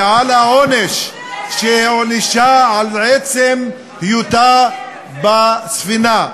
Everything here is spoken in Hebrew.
ועל העונש שהוענשה על עצם היותה בספינה.